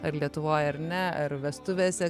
ar lietuvoj ar ne ar vestuvėse